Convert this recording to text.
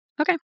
Okay